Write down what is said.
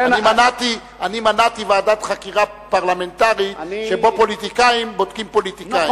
אני מנעתי ועדת חקירה פרלמנטרית שבה פוליטיקאים בודקים פוליטיקאים.